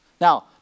Now